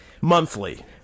monthly